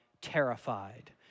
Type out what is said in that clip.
terrified